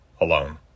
alone